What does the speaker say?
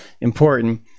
important